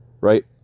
right